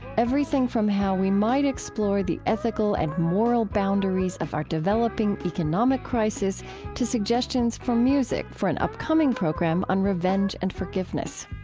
everything from how we might explore the ethical and moral boundaries of our developing economic crisis to suggestions for music on an upcoming program on revenge and forgiveness.